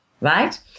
right